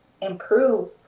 improve